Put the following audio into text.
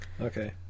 Okay